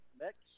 next